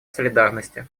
солидарности